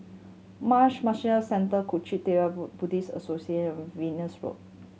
Marsh Centre Kuang Chee Tng Buddhist Associate Venus Road